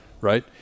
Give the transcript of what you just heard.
Right